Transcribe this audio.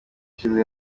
ishize